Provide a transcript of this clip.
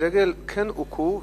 כן הוכו,